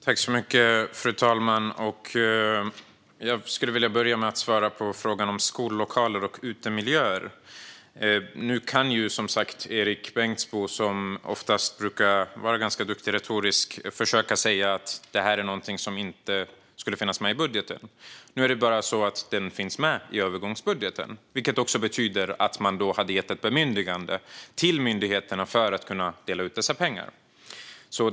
Fru talman! Jag skulle vilja börja med att svara på frågan om skollokaler och utemiljöer. Erik Bengtzboe, som är skicklig retoriskt, kan alltid försöka säga att detta är något som inte skulle finnas med i budgeten. Men nu är det så att det finns med i övergångsbudgeten, vilket betyder att man hade gett ett bemyndigande till myndigheterna att dela ut dessa pengar.